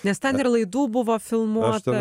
nes ten ir laidų buvo filmuota